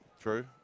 True